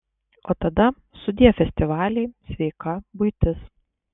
o tada sudie festivaliai sveika buitis